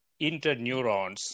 interneurons